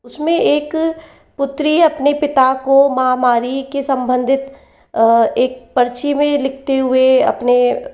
उसमें एक पुत्री अपने पिता को महामारी के संबंधित एक पर्ची में यह लिखती हुए अपने